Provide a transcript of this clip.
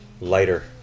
lighter